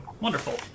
Wonderful